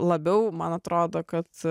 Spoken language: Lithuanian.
labiau man atrodo kad